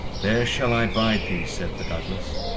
there shall i bide thee, said the douglas,